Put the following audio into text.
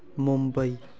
Mumbai